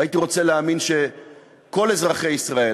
והייתי רוצה להאמין שכל אזרחי ישראל,